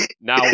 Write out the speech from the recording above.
now